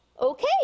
okay